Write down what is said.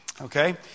Okay